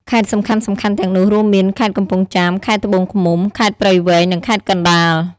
ខេត្តសំខាន់ៗទាំងនោះរួមមាន ខេត្តកំពង់ចាម ខេត្តត្បូងឃ្មុំ ខេត្តព្រៃវែង និងខេត្តកណ្ដាល។